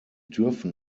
dürfen